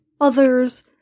others